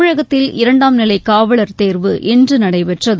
தமிழகத்தில் இரண்டாம் நிலை காவலர் தேர்வு இன்று நடைபெற்றது